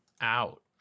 out